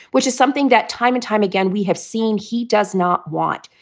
which is something that time and time again we have seen he does not want.